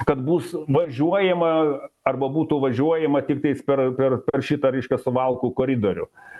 kad bus važiuojama arba būtų važiuojama tiktais per per šitą reiškia suvalkų koridorių